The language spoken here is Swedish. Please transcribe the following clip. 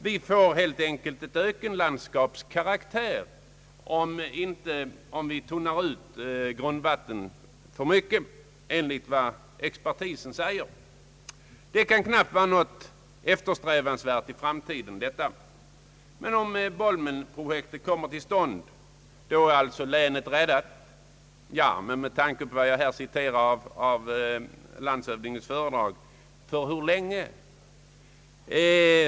Det blir helt enkelt enligt vad expertisen säger, ett ökenlandskap om vi tunnar ut grundvattnet för mycket. Det kan knappast vara eftersträvansvärt i framtiden. Om bolmenprojektet kommer till stånd är länet alltså räddat. Ja, det kan vara riktigt, men med tanke på vad jag här citerade ur landshövdingens föredrag, undrar man för hur länge.